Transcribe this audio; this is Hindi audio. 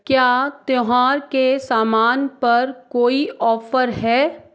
क्या त्यौहार के सामान पर कोई ऑफर है